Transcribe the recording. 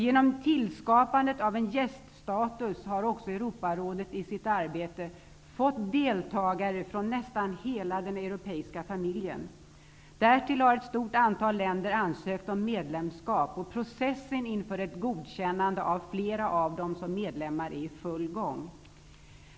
Genom tillskapandet av gäststatus har också Europarådet i sitt arbete fått deltagare från nästan hela den europeiska familjen. Därtill har ett stort antal länder ansökt om medlemskap, och processen inför ett godkännande av flera av dem som medlemmar är i full gång.